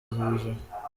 ubuzima